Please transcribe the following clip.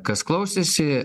kas klausėsi